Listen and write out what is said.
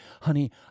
Honey